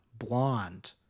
blonde